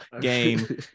game